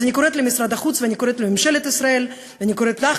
אז אני קוראת למשרד החוץ ואני קוראת לממשלת ישראל ואני קוראת לך,